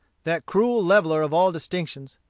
that cruel leveller of all distinctions,